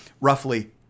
roughly